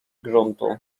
gruntu